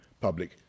public